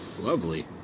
Lovely